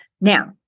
Now